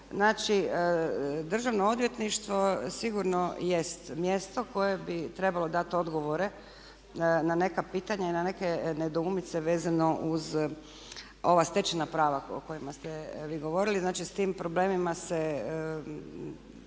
Znači, Državno odvjetništvo sigurno jest mjesto koje bi trebalo dati odgovore na neka pitanja i na neke nedoumice vezano uz ova stečena prava o kojima ste vi govorili. Znači, s tim problemima se